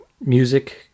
music